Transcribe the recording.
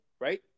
Right